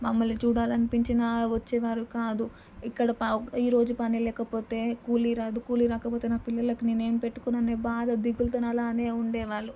మమ్మల్ని చూడాలనిపించినా వచ్చేవారు కాదు ఇక్కడ ప ఈరోజు పని లేకపోతే కూలీరాదు కూలీ రాకపోతే నా పిల్లలకి నేను ఏమి పెట్టుకోను అనే బాధ దిగులుతోనే అలానే ఉండేవాళ్ళు